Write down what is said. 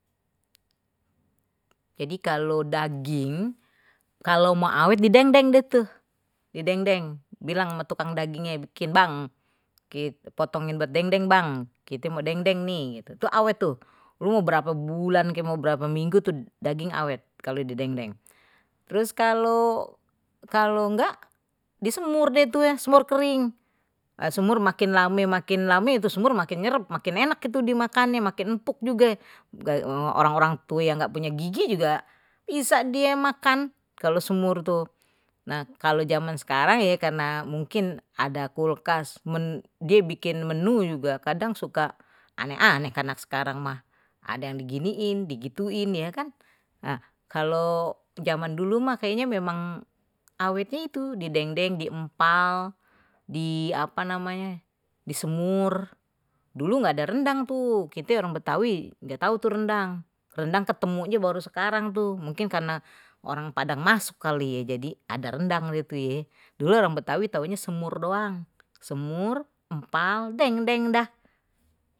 Jadi kalau daging kalau mau awet didendeng dia tuh di dendeng bilang sama tukang dagingnya bikin bang dipotongin berdendeng bang kite mau dendeng nih mau berapa minggu tuh daging awet kalau di dendeng, terus kalau kalau nggak di semur dia itu yang semur kering kayak semur makin lama makin lama itu semua makin nyerep makin enak gitu dimakannya makin empuk juge orang-orang tuh yang enggak punya gigi juga bisa dia makan kalau sumur tuh nah kalau zaman sekarang ya karena mungkin ada kulkas dia bikin menu juga kadang suka aneh-aneh karena sekarang mah, ada yang beginiin digituin ya kan kalau zaman dulu mah kayaknya memang awetnya itu di dendeng, diempal di apa namanya di semur dulu enggak ada rendang tuh gitu orang betawi enggak tahu itu rendang rendang ketemunya baru sekarang tuh mungkin karena orang padang masuk kali ye, jadi ada rendang gitu ya dulu orang betawi tahunya semur doang semur empal deng deng dah.